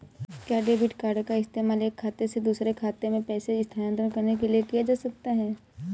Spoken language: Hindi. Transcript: क्या डेबिट कार्ड का इस्तेमाल एक खाते से दूसरे खाते में पैसे स्थानांतरण करने के लिए किया जा सकता है?